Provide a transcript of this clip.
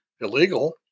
illegal